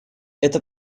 это